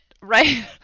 right